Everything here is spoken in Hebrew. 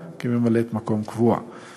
אני קובע כי הודעתו של יושב-ראש ועדת הכנסת